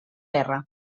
guerra